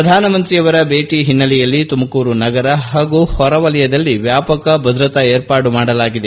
ಪ್ರಧಾನಮಂತ್ರಿಯವರ ಭೇಟಿ ಹಿನ್ನೆಲೆಯಲ್ಲಿ ತುಮಕೂರು ನಗರ ಹಾಗೂ ಹೊರವಲಯದಲ್ಲಿ ವ್ಯಾಪಕ ಭದ್ರತಾ ಏರ್ಪಾಡು ಮಾಡಲಾಗಿದೆ